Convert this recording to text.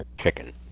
chicken